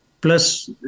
Plus